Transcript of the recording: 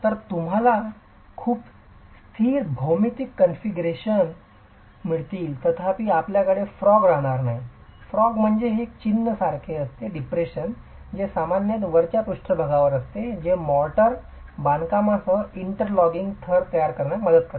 तर तुम्हाला खूप स्थिर भौमितिक कॉन्फिगरेशन मिळतील तथापि आपल्याकडे फ्रॉग राहणार नाही हे चिन्ह सारखे आहे जे सामान्यत वरच्या पृष्ठभागावर असते जे मोर्टारच्या बांधकामासह इंटरलॉकिंग थर तयार करण्यास मदत करते